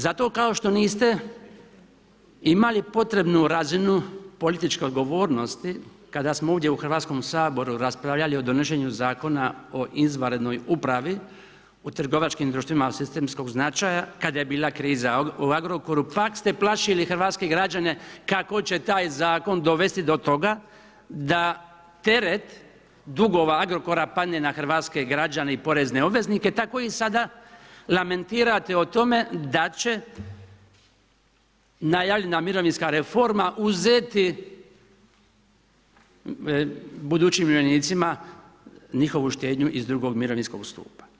Zato kao što niste imali potrebnu razinu političke odgovornosti kada smo ovdje u Hrvatskom saboru raspravljali o donošenju Zakona o izvanrednoj upravi u trgovačkim društvima od sistemskog značaja kada je bila kriza u Agrokoru, pak ste plašili hrvatske građane kako će taj zakon dovesti do toga da teret dugova Agrokora padne na hrvatske građane i porezne obveznike, tako i sada lamentirate o tome da će najavljena mirovinska reforma uzeti budućim umirovljenicima njihovu štednju iz II. mirovinskog stupa.